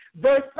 Verse